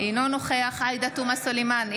אינו נוכח עאידה תומא סלימאן,